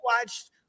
watched